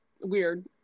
weird